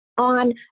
on